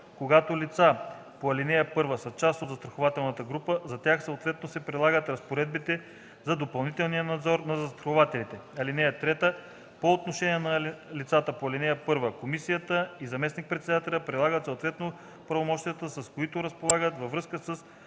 Когато лица по ал. 1 са част от застрахователна група, за тях съответно се прилагат разпоредбите за допълнителния надзор на застрахователите. (3) По отношение на лицата по ал. 1 комисията и заместник-председателят прилагат съответно правомощията, с които разполагат във връзка с